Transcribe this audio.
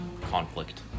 conflict